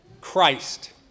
christ